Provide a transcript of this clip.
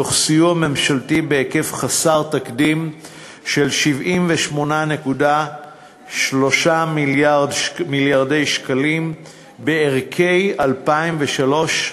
תוך סיוע ממשלתי בהיקף חסר תקדים של 78.3 מיליארדי שקלים בערכי 2003,